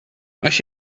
als